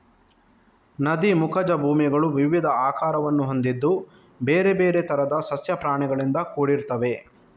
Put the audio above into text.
ನದಿ ಮುಖಜ ಭೂಮಿಗಳು ವಿವಿಧ ಆಕಾರವನ್ನು ಹೊಂದಿದ್ದು ಬೇರೆ ಬೇರೆ ತರದ ಸಸ್ಯ ಪ್ರಾಣಿಗಳಿಂದ ಕೂಡಿರ್ತವೆ